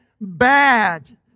bad